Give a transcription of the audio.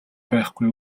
байхгүй